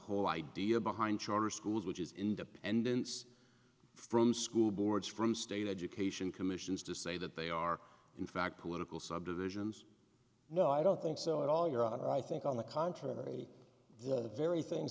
whole idea behind charter schools which is independence from school boards from state education commissions to say that they are in fact political subdivisions no i don't think so at all your honor i think on the contrary the very things